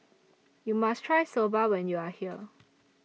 YOU must Try Soba when YOU Are here